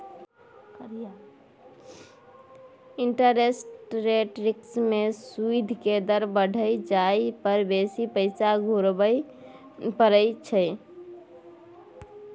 interest rate risk में सूइद के दर बइढ़ जाइ पर बेशी पैसा घुरबइ पड़इ छइ